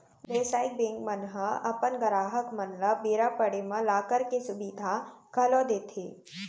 बेवसायिक बेंक मन ह अपन गराहक मन ल बेरा पड़े म लॉकर के सुबिधा घलौ देथे